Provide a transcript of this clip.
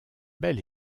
bel